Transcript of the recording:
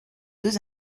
deux